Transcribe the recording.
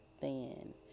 thin